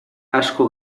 asko